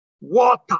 water